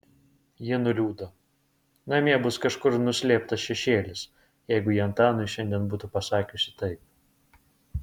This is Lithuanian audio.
ji nuliūdo namie bus kažkur nuslėptas šešėlis jeigu ji antanui šiandien būtų pasakiusi taip